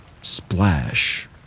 splash